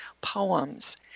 poems